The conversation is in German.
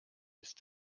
ist